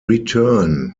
return